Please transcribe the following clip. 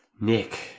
Nick